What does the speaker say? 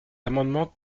amendement